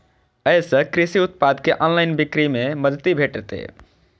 अय सं कृषि उत्पाद के ऑनलाइन बिक्री मे मदति भेटतै